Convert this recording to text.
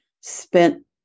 spent